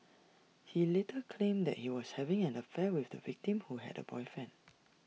he later claimed that he was having an affair with the victim who had A boyfriend